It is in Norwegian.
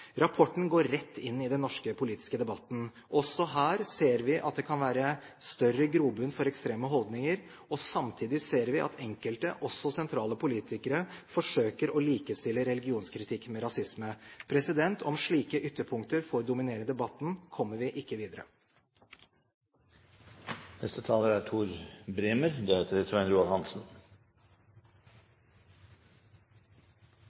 Rapporten går rett inn i den norske politiske debatten. Også her ser vi at det kan være større grobunn for ekstreme holdninger, og samtidig ser vi at enkelte – også sentrale politikere – forsøker å likestille religionskritikk med rasisme. Om slike ytterpunkter får dominere debatten, kommer vi ikke